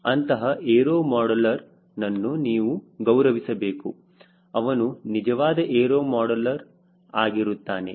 ಅಂತಹ ಏರೋ ಮಾಡಲರ್ನನ್ನು ನೀವು ಗೌರವಿಸಬೇಕು ಅವನು ನಿಜವಾದ ಏರೋ ಮಾಡಲರ್ಆಗಿರುತ್ತಾನೆ